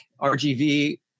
RGV